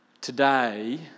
today